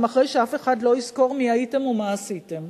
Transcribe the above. גם אחרי שאף אחד לא יזכור מי הייתם ומה עשיתם.